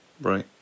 right